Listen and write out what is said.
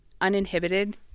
uninhibited